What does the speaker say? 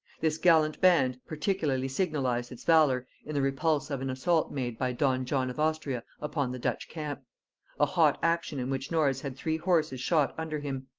this gallant band particularly signalized its valor in the repulse of an assault made by don john of austria upon the dutch camp a hot action in which norris had three horses shot under him.